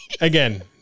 Again